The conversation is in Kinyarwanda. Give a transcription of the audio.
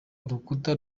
urukuta